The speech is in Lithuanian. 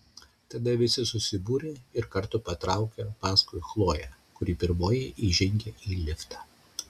tada visi susibūrė ir kartu patraukė paskui chloję kuri pirmoji įžengė į liftą